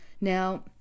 Now